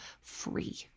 free